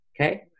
Okay